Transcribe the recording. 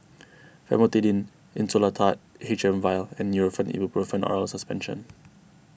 Famotidine Insulatard H M Vial and Nurofen Ibuprofen Oral Suspension